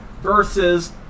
versus